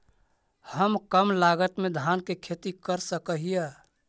हम कम लागत में धान के खेती कर सकहिय?